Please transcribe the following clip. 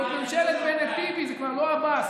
זאת ממשלת בנט-טיבי, זה כבר לא עבאס.